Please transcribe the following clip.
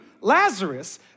Lazarus